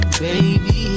baby